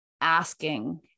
asking